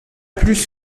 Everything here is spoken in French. plus